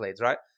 right